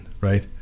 right